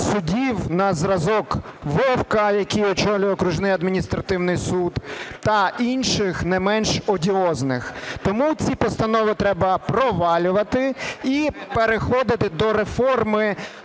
суддів на зразок Вовка, який очолює Окружний адміністративний суд, та інших, не менш одіозних. Тому ці постанови треба провалювати і переходити до реформи